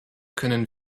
können